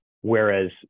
Whereas